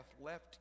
left